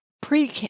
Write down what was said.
pre